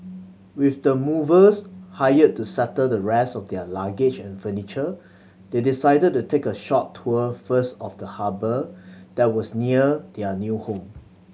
with the movers hired to settle the rest of their luggage and furniture they decided to take a short tour first of the harbour that was near their new home